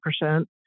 percent